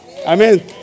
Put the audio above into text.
Amen